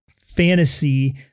fantasy